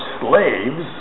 slaves